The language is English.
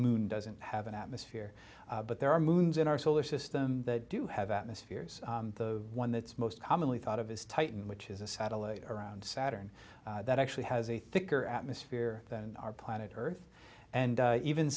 moon doesn't have an atmosphere but there are moons in our solar system that do have atmospheres the one that's most commonly thought of as titan which is a satellite around saturn that actually has a thicker atmosphere than our planet earth and even